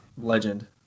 legend